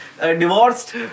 divorced